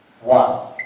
One